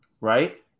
Right